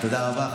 תודה רבה.